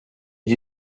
did